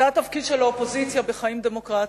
זה התפקיד של האופוזיציה בחיים דמוקרטיים.